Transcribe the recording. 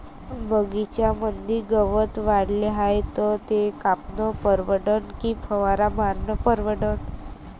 बगीच्यामंदी गवत वाढले हाये तर ते कापनं परवडन की फवारा मारनं परवडन?